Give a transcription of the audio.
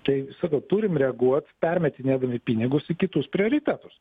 tai visada turim reaguot pervedinėdami pinigus į kitus prioritetus